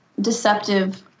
deceptive